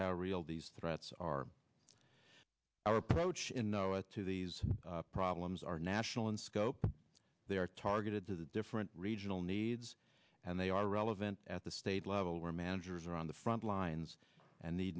how real these threats are our approach in no it to these problems are national in scope they are targeted to the different regional needs and they are relevant at the state level where managers are on the front lines and the